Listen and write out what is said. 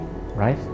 right